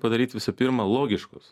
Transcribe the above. padaryt visų pirma logiškus